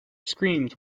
screamed